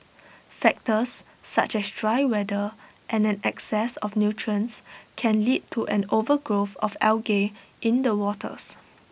factors such as dry weather and an excess of nutrients can lead to an overgrowth of algae in the waters